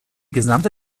gesamte